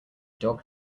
dog